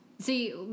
See